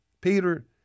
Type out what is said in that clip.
Peter